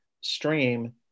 stream